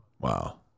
Wow